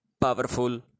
powerful